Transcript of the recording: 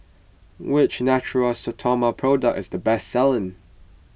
which Natura Stoma product is the best selling